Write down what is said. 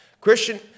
Christian